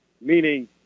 Meaning